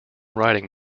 writing